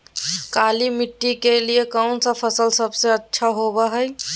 काली मिट्टी के लिए कौन फसल सब से अच्छा होबो हाय?